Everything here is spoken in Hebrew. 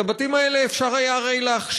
הרי את הבתים האלה אפשר להכשיר.